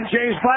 James